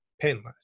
painless